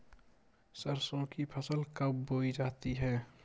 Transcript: सरसों की फसल कब बोई जाती है?